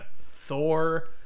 Thor